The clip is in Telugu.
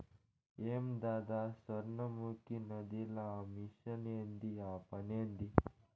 ఏందద సొర్ణముఖి నదిల ఆ మెషిన్ ఏంది ఆ పనేంది